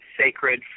sacred